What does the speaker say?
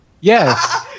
Yes